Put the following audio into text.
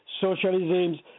socialism